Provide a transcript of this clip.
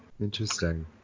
interesting